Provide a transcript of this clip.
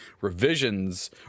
revisions